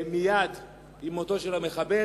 מייד עם מותו של המחבל,